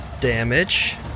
damage